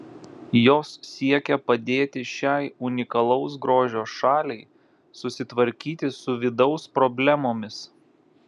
jos siekia padėti šiai unikalaus grožio šaliai susitvarkyti su vidaus problemomis